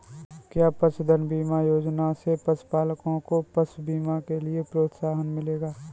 क्या पशुधन बीमा योजना से पशुपालकों को पशु बीमा के लिए प्रोत्साहन मिलेगा?